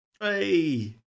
Hey